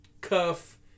Cuff